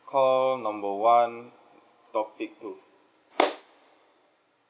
call number one topic two